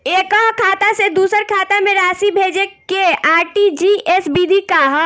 एकह खाता से दूसर खाता में राशि भेजेके आर.टी.जी.एस विधि का ह?